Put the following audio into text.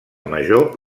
major